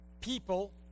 people